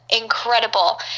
incredible